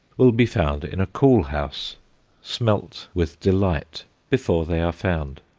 will be found in a cool house smelt with delight before they are found.